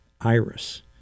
iris